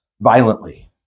violently